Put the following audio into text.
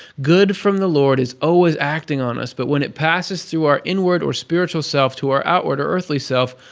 good from the lord is always acting on us, but when it passes through our inward or spiritual self to our outward or earthly self,